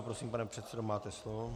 Prosím, pane předsedo, máte slovo.